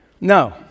No